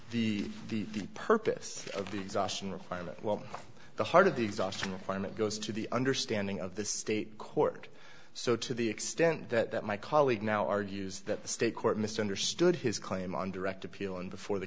the the purpose of the exhaustion requirement while the heart of the exhaustion requirement goes to the understanding of the state court so to the extent that my colleague now argues that the state court misunderstood his claim on direct appeal and before the